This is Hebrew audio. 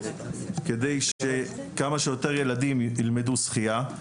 כדי שכמה שיותר ילדים ילמדו שחייה.